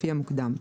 לפי המוקדם,